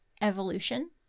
evolution